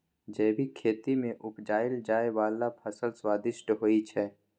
जैबिक खेती मे उपजाएल जाइ बला फसल स्वादिष्ट होइ छै